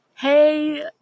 Hey